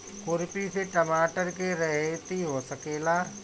खुरपी से टमाटर के रहेती हो सकेला?